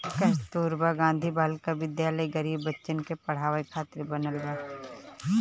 कस्तूरबा गांधी बालिका विद्यालय गरीब बच्चन के पढ़ावे खातिर बनल बा